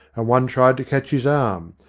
and one tried to catch his arm,